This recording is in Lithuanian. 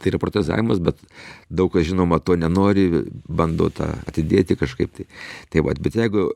tai yra protezavimas bet daug kas žinoma to nenori bando tą atidėti kažkaip tai tai vat bet jeigu